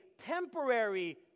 temporary